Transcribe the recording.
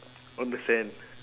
on the sand